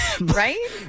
right